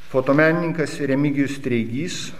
fotomenininkas remigijus treigys